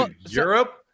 europe